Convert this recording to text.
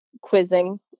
quizzing